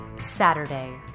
Saturday